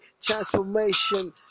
transformation